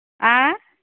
ಆಂ